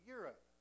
Europe